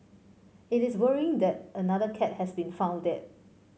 it is worrying that another cat has been found dead